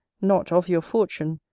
not of your fortune,